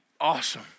awesome